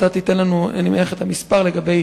אני מניח שאתה תיתן לנו את המספר לגבי